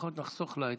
לפחות נחסוך לה את,